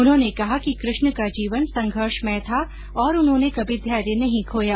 उन्होंने कहा कि क्रष्ण का जीवन संघर्षमय था और उन्होंने कमी धैर्य नहीं खोया